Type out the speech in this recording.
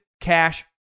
Cash